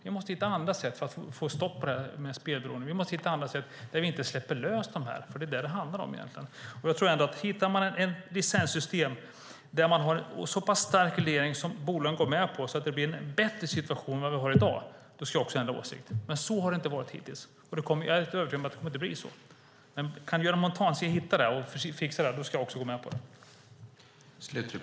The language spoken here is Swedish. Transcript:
Vi måste hitta andra sätt för att få stopp på spelberoendet. Vi måste hitta sätt där vi inte släpper lös dessa bolag, för det är vad det egentligen handlar om. Om man hittar ett licenssystem där man har en så pass stark reglering som bolagen går med på och där det blir en bättre situation än vi har i dag ska jag också ändra åsikt. Men så har det inte varit hittills, och jag är helt övertygad om att det inte kommer att bli så. Om Göran Montan kan hitta ett sådant system och fixa det ska jag också gå med på det.